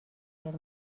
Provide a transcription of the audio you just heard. قرمز